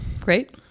Great